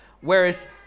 Whereas